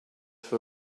for